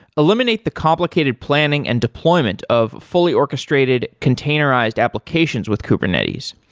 eliminate the complicated planning and deployment of fully orchestrated containerized applications with kubernetes.